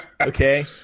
Okay